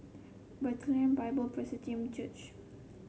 Bethlehem Bible Presbyterian Church